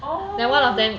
oh